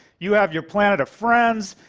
you have your planet of friends.